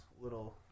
little